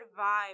vibe